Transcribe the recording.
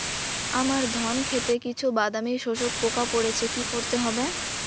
আমার ধন খেতে কিছু বাদামী শোষক পোকা পড়েছে কি করতে হবে?